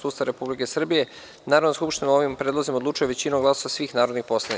Ustava Republike Srbije, Narodna Skupština o ovim predlozima odlučuje većinom glasova svih narodnih poslanika.